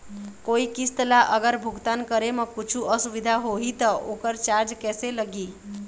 कोई किस्त ला अगर भुगतान करे म कुछू असुविधा होही त ओकर चार्ज कैसे लगी?